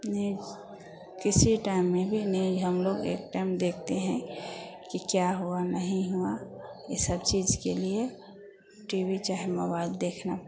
news किसी time में भी न्यूज हम लोग एक टाइम देखते हैं कि क्या हुआ नहीं हुआ यह सब चीज के लिए टी बी चाहे मोबाइल देखना